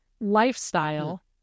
lifestyle